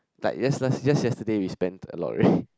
like just last just yesterday we spent a lot already